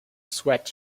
sweat